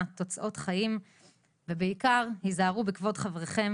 תוצאות חיים ובעיקר היזהרו בכבוד חברכם,